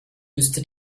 müsste